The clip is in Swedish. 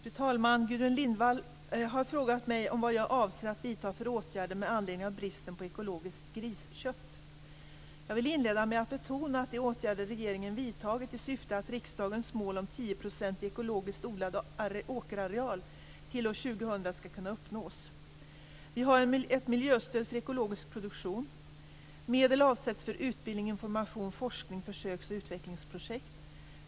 Fru talman! Gudrun Lindvall har frågat mig vad jag avser att vidta för åtgärder med anledning av bristen på ekologiskt griskött. Jag vill inleda med att betona de åtgärder regeringen har vidtagit i syfte att riksdagens mål om 10 % ekologiskt odlad åkerareal till år 2000 skall kunna uppnås. Vi har ett miljöstöd för ekologisk produktion, medel avsätts för utbildning, information, forskning, försöks och utvecklingsprojekt.